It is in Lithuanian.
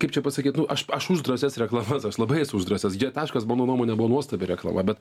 kaip čia pasakyt nu aš aš už drąsias reklamas aš labai esu už drąsias g taškas mano nuomone buvo nuostabi reklama bet